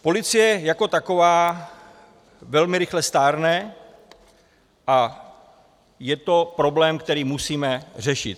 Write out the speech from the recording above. Policie jako taková velmi rychle stárne a je to problém, který musíme řešit.